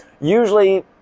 usually